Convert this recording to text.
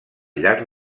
llarg